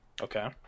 okay